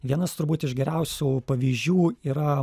vienas turbūt iš geriausių pavyzdžių yra